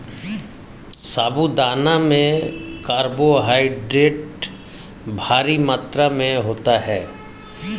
साबूदाना में कार्बोहायड्रेट भारी मात्रा में होता है